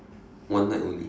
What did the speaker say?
one night only